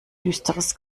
düsteres